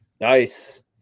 Nice